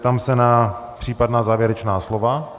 Zeptám se na případná závěrečná slova.